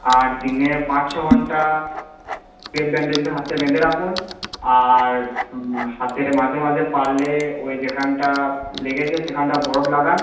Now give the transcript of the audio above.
আর দিনে পাঁচ ছ ঘণ্টা ক্রেপ ব্যান্ডেজটা হাতে বেঁধে রাখুন আর হাতে মাঝে মাঝে পারলে ওই যেখানটা লেগেছে সেখানটা বরফ লাগান